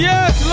Yes